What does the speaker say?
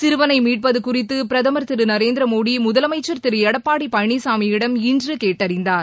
சிறுவனை மீட்பது குறித்து பிரதமர் திரு நரேந்திர மோடி முதலமைச்சர் திரு எடப்பாடி பழனிசாமியிடம் இன்று கேட்டறிந்தார்